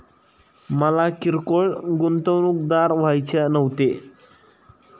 मला किरकोळ गुंतवणूकदार व्हायचे नव्हते